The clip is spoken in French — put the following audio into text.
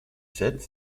sept